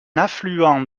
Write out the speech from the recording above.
affluent